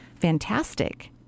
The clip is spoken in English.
fantastic